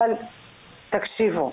אבל תקשיבו,